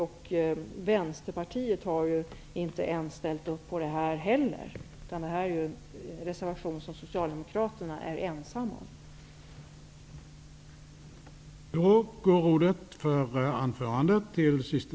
Inte ens Vänsterpartiet har ställt upp på det här, utan Socialdemokraterna är ensamma om reservationen.